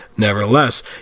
Nevertheless